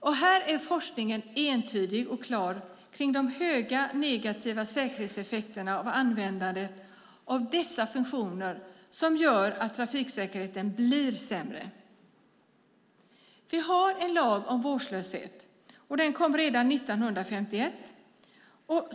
Och här är forskningen entydig och klar kring de kraftigt negativa säkerhetseffekterna av användandet av dessa funktioner som gör att trafiksäkerheten blir sämre. Vi har en lag om vårdslöshet i trafik som kom redan 1951.